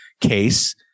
case